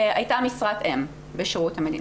עד 2013 הייתה משרת אם בשירות המדינה.